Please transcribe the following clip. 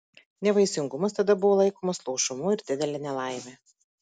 nevaisingumas tada buvo laikomas luošumu ir didele nelaime